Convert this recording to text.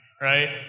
right